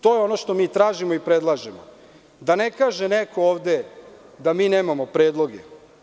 To je ono što mi tražimo i predlažemo, da ne kaže neko ovde, da mi nemamo predloge.